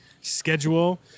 schedule